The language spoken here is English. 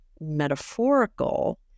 metaphorical